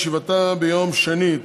בישיבתה ביום שני,